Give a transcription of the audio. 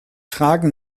fragen